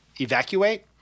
Evacuate